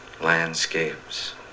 landscapes